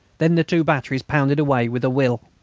then the two batteries pounded away with a will.